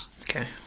Okay